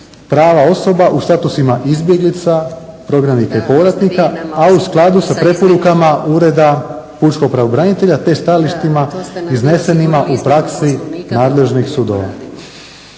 prava osoba u statusima izbjeglica, prognanika i povratnika a u skladu sa preporukama ureda pučkog pravobranitelja te stajalištima iznesenima u praksi nadležnih sudova.